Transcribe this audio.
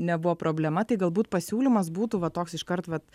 nebuvo problema tai galbūt pasiūlymas būtų va toks iškart vat